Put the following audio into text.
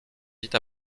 vite